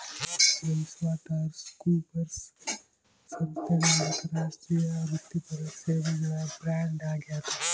PricewaterhouseCoopers ಸಂಸ್ಥೆಗಳ ಅಂತಾರಾಷ್ಟ್ರೀಯ ವೃತ್ತಿಪರ ಸೇವೆಗಳ ಬ್ರ್ಯಾಂಡ್ ಆಗ್ಯಾದ